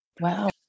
Wow